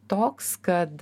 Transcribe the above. toks kad